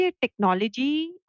technology